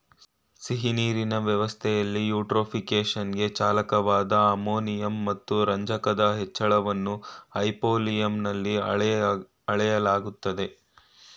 ಸಿಹಿನೀರಿನ ವ್ಯವಸ್ಥೆಲಿ ಯೂಟ್ರೋಫಿಕೇಶನ್ಗೆ ಚಾಲಕವಾದ ಅಮೋನಿಯಂ ಮತ್ತು ರಂಜಕದ ಹೆಚ್ಚಳವನ್ನು ಹೈಪೋಲಿಯಂನಲ್ಲಿ ಅಳೆಯಲಾಗ್ತದೆ